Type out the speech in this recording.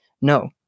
no